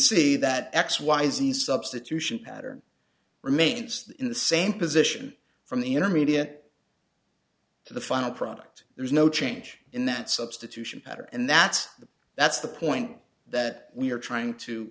see that x y z substitution pattern remains in the same position from the intermediate to the final product there's no change in that substitution pattern and that's the that's the point that we're trying to